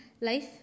life